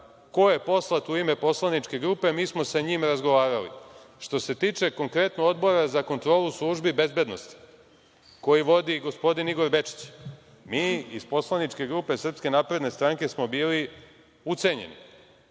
Ko je poslat u ime poslaničke grupe, mi smo sa njim razgovarali. Što se tiče konkretno Odbora za kontrolu službi bezbednosti koji vodi gospodin Igor Bečić, mi iz poslaničke grupe SNS smo bili ucenjeni.